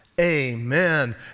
Amen